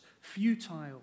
futile